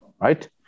right